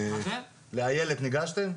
לאילת ניגשתם?